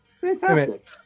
Fantastic